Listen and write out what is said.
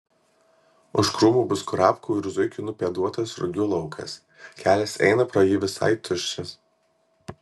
už krūmų bus kurapkų ir zuikių nupėduotas rugių laukas kelias eina pro jį visai tuščias